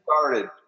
started